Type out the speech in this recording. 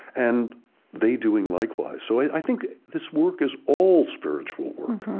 and they doing likewise. so i think this work is all spiritual work